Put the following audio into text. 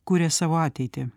kuria savo ateitį